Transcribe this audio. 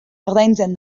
ordaintzen